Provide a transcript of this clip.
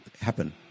happen